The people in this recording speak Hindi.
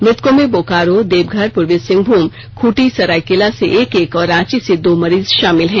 मृतकों में बोकारो देवघर पूर्वी सिंहभूम जमशेदपुरखूंटी सरायकेला से एक एक और रांची से दो मरीज शामिल हैं